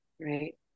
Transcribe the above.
right